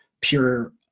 pure